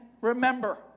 remember